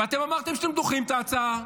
ואתם אמרתם שאתם דוחים את ההצעה.